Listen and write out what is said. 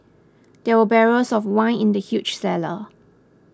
there were barrels of wine in the huge cellar